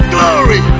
Glory